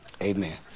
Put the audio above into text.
Amen